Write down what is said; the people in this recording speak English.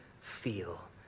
feel